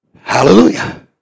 Hallelujah